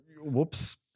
whoops